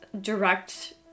direct